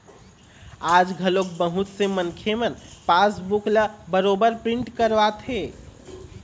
आज घलोक बहुत से मनखे मन पासबूक ल बरोबर प्रिंट करवाथे